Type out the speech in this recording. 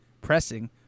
pressing